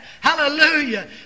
Hallelujah